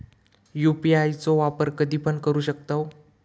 UPI चो वापर कधीपण करू शकतव?